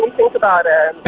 think about it.